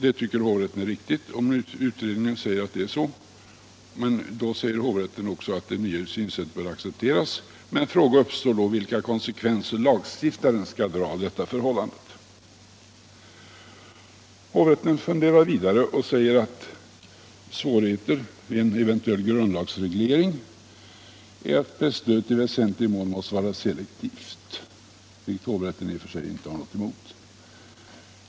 Det tycker hovrätten är riktigt, och utredningen säger att det är så. Hovrätten tillägger att det nya synsättet också bör accepteras. Men fråga uppstår då vilka konsekvenser lagstiftaren bör dra av detta förhållande. Hovrätten funderar sedan vidare och säger att ”en betydande svårighet vid en eventuell grundlagsreglering är att presstödet i väsentlig mån måste vara selektivt”, vilket hovrätten i och för sig inte har något emot.